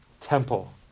temple